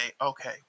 okay